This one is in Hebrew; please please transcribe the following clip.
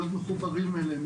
להיות מחוברים אליהם,